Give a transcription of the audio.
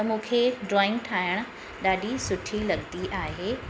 त मूंखे ड्रॉइंग ठाहिणु ॾाढी सुठी लॻंदी आहे